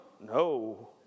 no